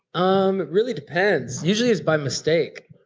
um really depends, usually it's by mistake.